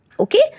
Okay